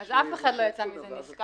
אז אף אחד לא יצא מזה נשכר.